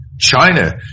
China